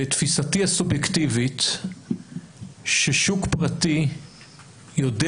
ותפיסתי הסובייקטיבית ששוק פרטי יודע